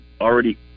already